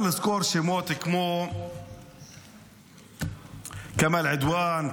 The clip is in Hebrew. אפשר לסקור שמות כמו כמאל עדואן,